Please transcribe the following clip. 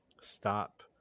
stop